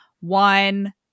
one